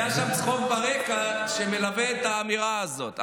היה שם צחוק ברקע שמלווה את האמירה הזאת.